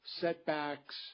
setbacks